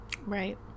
Right